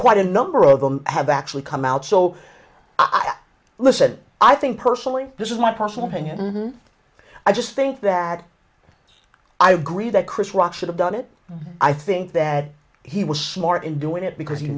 quite a number of them have actually come out so i'll listen i think personally this is my personal opinion i just think that i agree that chris rock should have done it i think that he was smart in doing it because